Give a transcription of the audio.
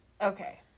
Okay